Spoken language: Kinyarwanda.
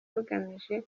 rugamije